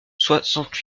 soixante